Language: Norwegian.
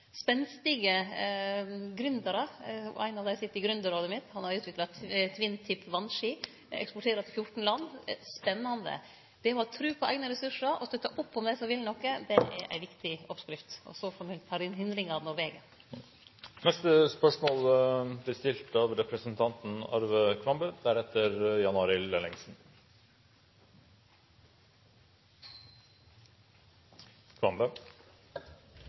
spenstige gründerar. Ein av dei sit i gründerrådet mitt, og han har utvikla «twintip» vasski og eksporterer til 14 land – spennande. Det å ha tru på eigne ressursar og støtte opp om dei som vil noko, er ei viktig oppskrift, og så får ein få hindringane or vegen. Mitt spørsmål